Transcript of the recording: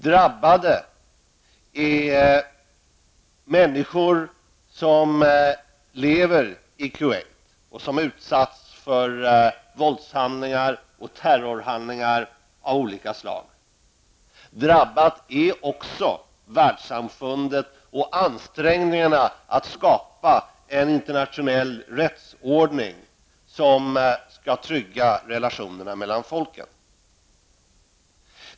Drabbade är människor som lever i Kuwait och som utsatts för våldshandlingar och terrorhandlingar av olika slag. Drabbade är också Världssamfundet och ansträngningarna att skapa en internationell rättsordning som skall trygga relationerna mellan folken.